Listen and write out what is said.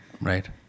Right